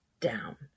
down